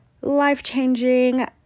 life-changing